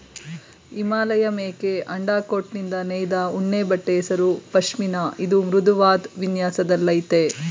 ಹಿಮಾಲಯಮೇಕೆ ಅಂಡರ್ಕೋಟ್ನಿಂದ ನೇಯ್ದ ಉಣ್ಣೆಬಟ್ಟೆ ಹೆಸರು ಪಷ್ಮಿನ ಇದು ಮೃದುವಾದ್ ವಿನ್ಯಾಸದಲ್ಲಯ್ತೆ